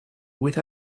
with